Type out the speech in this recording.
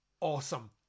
awesome